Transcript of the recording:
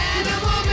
Animal